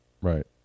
Right